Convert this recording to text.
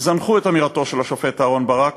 זנחו את אמירתו של השופט אהרן ברק